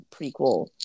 prequel